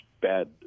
bad